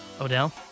Odell